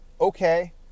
Okay